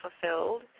fulfilled